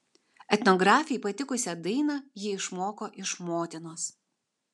etnografei patikusią dainą ji išmoko iš motinos